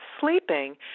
sleeping